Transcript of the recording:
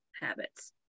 habits